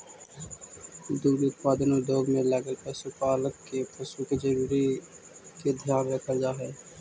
दुग्ध उत्पादन उद्योग में लगल पशुपालक के पशु के जरूरी के ध्यान रखल जा हई